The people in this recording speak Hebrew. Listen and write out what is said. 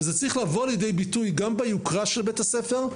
וצריך לבוא לידי ביטוי גם ביוקרה של בית הספר,